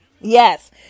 yes